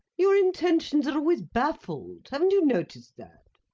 your intentions are always baffled haven't you noticed that?